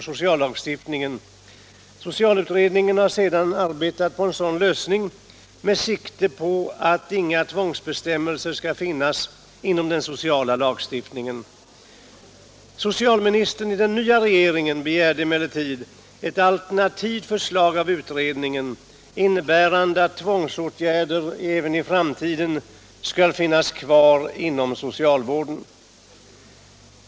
Socialutredningen har sedan arbetat på en sådan lösning med sikte på att inga tvångsbestämmelser skall finnas inom den sociala lagstiftningen. Socialministern i den nya regeringen begärde emellertid ett alternativt förslag av utredningen, innebärande att tvångsåtgärder även i framtiden skall finnas kvar inom socialvården.